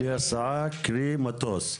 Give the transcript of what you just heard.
כלי הסעה, קרי, מטוס.